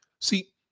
See